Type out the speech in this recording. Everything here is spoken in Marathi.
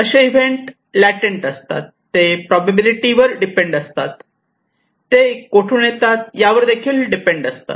असे इव्हेंट लाटेन्ट असतात ते प्रोबॅबिलिटी वर डिपेंड असतात ते कोठून येतात यावर देखील डिपेंड असतात